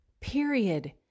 period